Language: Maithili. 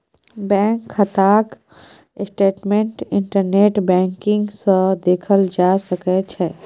बैंक खाताक स्टेटमेंट इंटरनेट बैंकिंग सँ देखल जा सकै छै